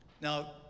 Now